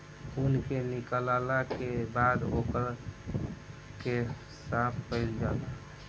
ऊन के निकालला के बाद ओकरा के साफ कईल जाला